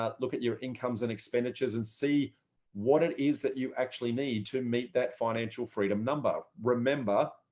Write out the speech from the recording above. ah look at your incomes and expenditures and see what it is that you actually need to meet that financial freedom number. remember,